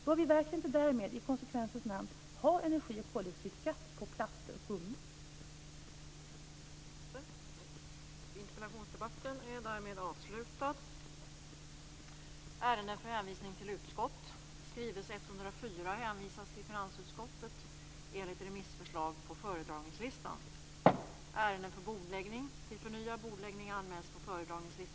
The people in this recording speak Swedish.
Bör vi inte därför, i konsekvensens namn, ha energi och koldioxidskatt när det gäller plaster och gummi?